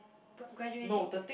but graduating